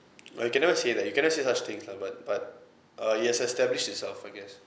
oh you cannot say that you cannot say such things lah but but uh it has established itself I guess